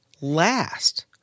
last